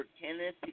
Kenneth